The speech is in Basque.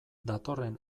datorren